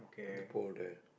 the pole there